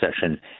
session